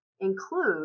include